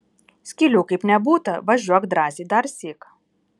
skylių kaip nebūta važiuok drąsiai darsyk